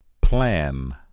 Plan